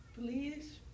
please